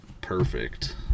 perfect